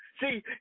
See